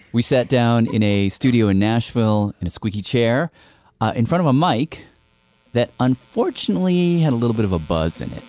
we sat down in a studio in nashville in a squeaky chair in front of a mike that unfortunately had a little bit of a buzz and it